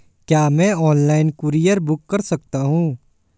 क्या मैं online courier book कर सकता हूँ?